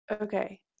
okay